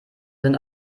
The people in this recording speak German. sind